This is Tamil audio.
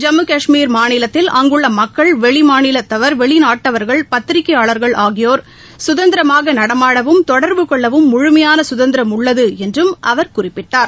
ஜம்மு கஷ்மீர் மாநிலத்தில் அங்குள்ள மக்கள் வெளிமாநிலத்தவர்கள் வெளிநாட்டவர்கள் பத்திரிகையாளர்கள் ஆகியோர் சுதந்திரமாக நடமாடவும் தொடர்பு கொள்ளவும் முழுமையான சுதந்திரம் உள்ளது என்றும் அவர் குறிப்பிட்டார்